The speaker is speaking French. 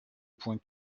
point